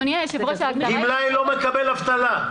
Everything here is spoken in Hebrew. גמלאי לא מקבל אבטלה.